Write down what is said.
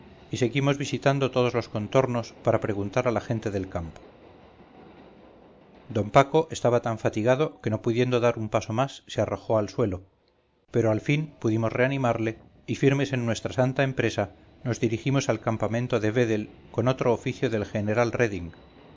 y seguimos visitando todos los contornos para preguntar a la gente del campo d paco estaba tan fatigado que no pudiendo dar un paso más se arrojó al suelo pero al fin pudimos reanimarle y firmes en nuestra santa empresa nos dirigimos al campamento de vedel con otro oficio del general reding